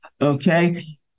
Okay